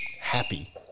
happy